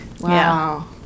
Wow